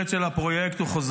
אין